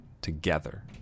together